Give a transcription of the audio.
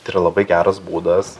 tai yra labai geras būdas